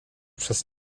przez